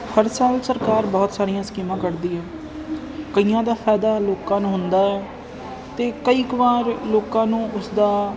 ਹਰ ਸਾਲ ਸਰਕਾਰ ਬਹੁਤ ਸਾਰੀਆਂ ਸਕੀਮਾਂ ਕੱਢਦੀ ਹੈ ਕਈਆਂ ਦਾ ਫਾਇਦਾ ਲੋਕਾਂ ਨੂੰ ਹੁੰਦਾ ਅਤੇ ਕਈ ਕ ਵਾਰ ਲੋਕਾਂ ਨੂੰ ਉਸਦਾ